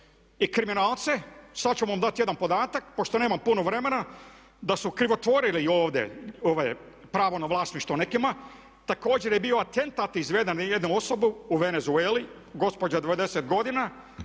i kriminalce, sada ću vam dati jedan podatak, pošto nemam puno vremena da su krivotvorili ovdje ovo pravo na vlasništvo nekima. Također je bio atentat izveden jedne osobe u Venezueli, gospođa 90 godina